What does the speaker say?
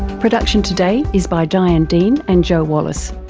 production today is by diane dean and joe wallace.